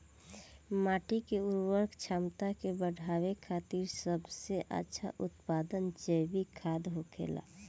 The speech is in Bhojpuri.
माटी के उर्वरक क्षमता के बड़ावे खातिर सबसे अच्छा उत्पाद जैविक खादर होखेला